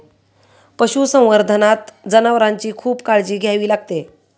पशुसंवर्धनात जनावरांची खूप काळजी घ्यावी लागते